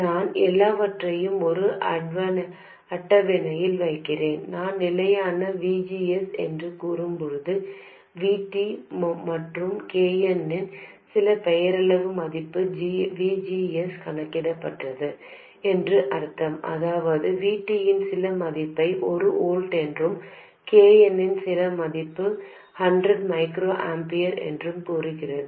நான் எல்லாவற்றையும் ஒரு அட்டவணையில் வைக்கிறேன் நான் நிலையான V G S என்று கூறும்போது V T மற்றும் K n இன் சில பெயரளவு மதிப்பிற்கு V G S கணக்கிடப்பட்டது என்று அர்த்தம் அதாவது V T யின் சில மதிப்பை 1 வோல்ட் என்றும் K n இன் சில மதிப்பு 100 மைக்ரோஆம்பியர் என்றும் கூறுகிறது